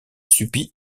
subi